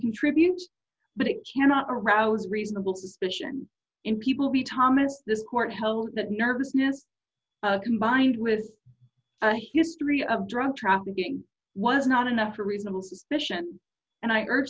contribute but it cannot arouse reasonable suspicion in people be thomas the court held that nervousness combined with a history of drug trafficking was not enough for reasonable suspicion and i urge